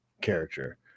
character